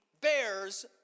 bears